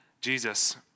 Jesus